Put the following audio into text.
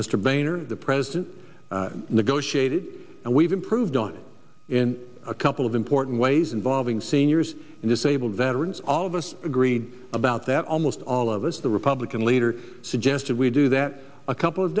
boehner the president negotiated and we've improved on in a couple of important ways involving seniors and disabled veterans all of us agreed about that almost all of us the republican leader suggested we do that a couple of